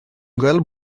gweld